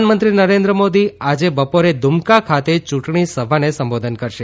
પ્રધાનમંત્રી નરેન્દ્ર મોદી આજે બપોરે દુમકા ખાતે યૂંટણી સભાને સંબોધન કરશે